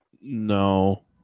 No